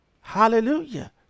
Hallelujah